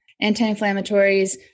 anti-inflammatories